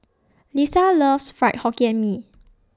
Leesa loves Fried Hokkien Mee